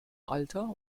alter